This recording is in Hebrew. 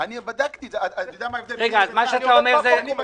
אני לא זוכר.